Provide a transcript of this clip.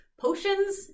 potions